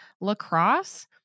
lacrosse